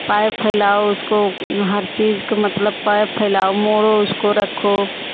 pipe फैलाओ उसको हर चीज का मतलब पाइप फैलाओ मोड़ो उसको रखो